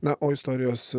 na o istorijos